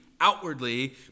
outwardly